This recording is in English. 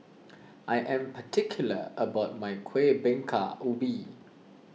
I am particular about my Kueh Bingka Ubi